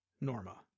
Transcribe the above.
Norma